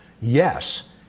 yes